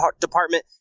department